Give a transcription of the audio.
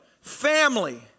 family